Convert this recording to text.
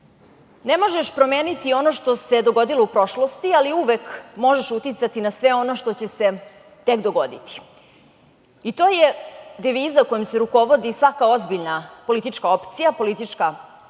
ne možeš promeniti ono što se dogodilo u prošlosti, ali uvek možeš uticati na sve ono što će se tek dogoditi, i to je deviza kojom se rukovodi svaka ozbiljna politička opcija, politička partija